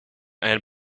and